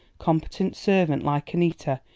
competent servant like annita,